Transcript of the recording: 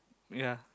ya